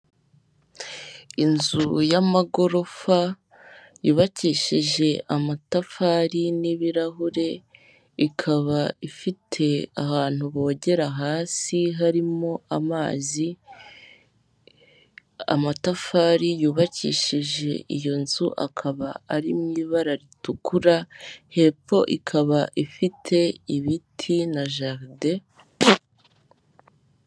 Inzu y'amagorofa yubakishije amatafari n'ibirahure, ikaba ifite ahantu bogera hasi harimo amazi, amatafari yubakishije iyo nzu akaba ari mu ibara ritukura, hepfo ikaba ifite ibiti na jaride.